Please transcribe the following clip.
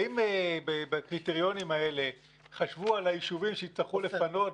האם בקריטריונים האלה חשבו על היישובים שיצטרכו לפנות